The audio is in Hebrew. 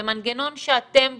זה מנגנון שאתם בונים,